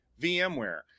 VMware